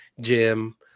gym